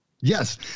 Yes